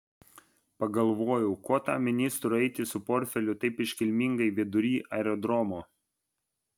pagalvojau ko tam ministrui eiti su portfeliu taip iškilmingai vidury aerodromo